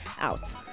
out